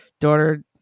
daughter